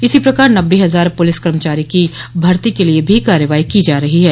इसी प्रकार नब्बे हजार प्रलिस कर्मचारी की भर्ती के लिए भी कार्रवाई की जा रही है